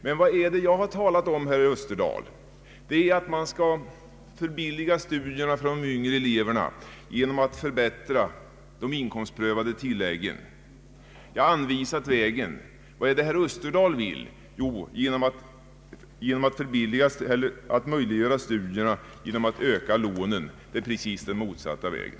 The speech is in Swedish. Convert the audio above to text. Men vad är det jag har talat om, herr Österdahl? Det är att man skall förbilliga studierna för de yngre eleverna genom att förbättra de inkomstprövade tilläggen. Jag har anvisat vägen. Vad är det herr Österdahl vill? Att möjliggöra studierna genom att öka lånen. Det är precis motsatta vägen!